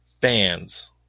fans